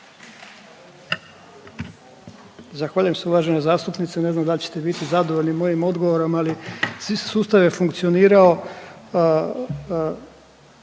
Zahvaljujem se uvažena zastupnice. Ne znam da li ćete biti zadovoljni mojim odgovorom ali svi su, sustav je funkcionirao